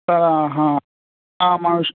హ